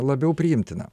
labiau priimtina